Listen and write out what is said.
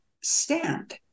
stand